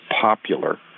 popular